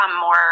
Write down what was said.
more